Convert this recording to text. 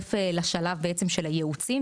להצטרף לשלב של הייעוצים.